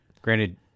Granted